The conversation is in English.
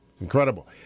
Incredible